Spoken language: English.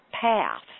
path